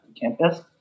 campus